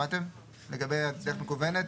שמעתם לגבי הדרך המקוונת?